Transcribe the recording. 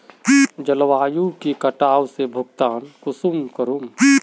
जलवायु के कटाव से भुगतान कुंसम करूम?